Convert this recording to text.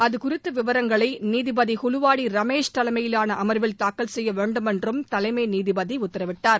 அதுகுறித்த விவரங்களை நீதிபதி குலுவாடி ரமேஷ் தலைமையிலான அமர்வில் தாக்கல் செய்ய வேண்டுமென்றும் தலைமை நீதிபதி உத்தரவிட்டார்